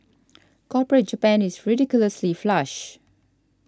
corporate Japan is ridiculously flush